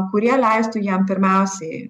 kurie leistų jiem pirmiausiai